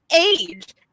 age